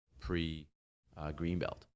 pre-Greenbelt